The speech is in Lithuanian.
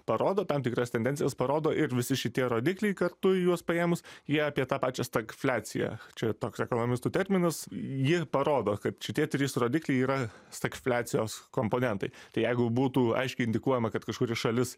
parodo tam tikras tendencijas parodo ir visi šitie rodikliai kartu juos paėmus jie apie tą pačią stagfliaciją čia toks ekonomistų terminas ji parodo kad šitie trys rodikliai yra stagfliacijos komponentai tai jeigu būtų aiškiai indikuojama kad kažkuri šalis